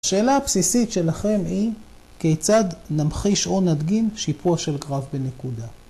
‫השאלה הבסיסית שלכם היא, ‫כיצד נמחיש או נדגים שיפוע של גרף בנקודה?